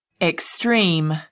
extreme